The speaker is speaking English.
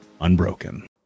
unbroken